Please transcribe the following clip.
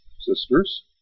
sisters